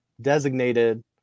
designated